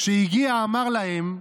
כשהגיע, אמר להם: